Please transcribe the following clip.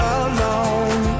alone